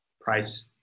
price